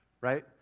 right